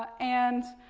and,